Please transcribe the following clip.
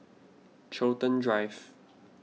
Chiltern Drive